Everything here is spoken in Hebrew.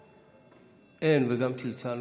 אין, וגם צלצלנו.